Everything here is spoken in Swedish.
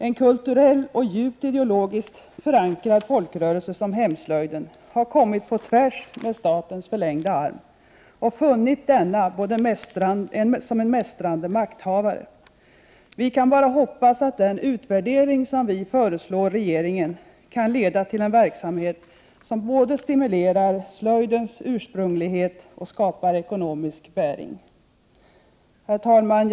En kulturell och ideologiskt djupt förankrad folkrörelse som hemslöjden har så att säga kommit på tvärs med statens förlängda arm, som man funnit vara en mästrande makthavare. Vi kan bara hoppas att den utvärdering som vi föreslår att regeringen skall göra kan leda till en verksamhet som både stimulerar slöjdens ursprunglighet och skapar ekonomisk bäring. Herr talman!